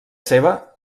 seva